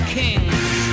kings